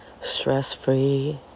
stress-free